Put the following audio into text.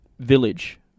village